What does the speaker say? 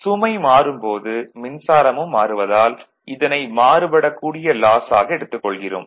சுமை மாறும் போது மின்சாரமும் மாறுவதால் இதனை மாறுபடக்கூடிய லாஸ் ஆக எடுத்துக் கொள்கிறோம்